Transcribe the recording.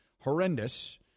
horrendous